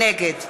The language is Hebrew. נגד